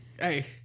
Hey